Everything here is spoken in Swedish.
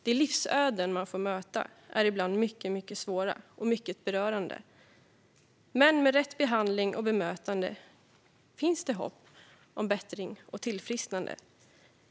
De livsöden man får möta är ibland mycket svåra och berörande, men med rätt behandling och bemötande finns det hopp om bättring och tillfrisknande.